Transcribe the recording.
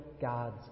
God's